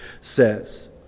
says